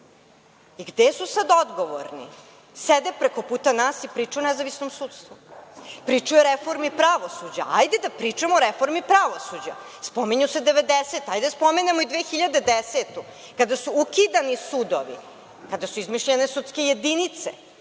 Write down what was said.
su sada odgovorni? Sede preko puta nas i pričaju o nezavisnom sudstvu. Pričaju o reformi pravosuđa. Hajde, da pričamo o reformi pravosuđa. Spominju se devedesete, ali hajde da spomenemo i 2010. godinu kada su ukidani sudovi, kada su izmišljene sudske jedinice,